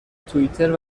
توییتر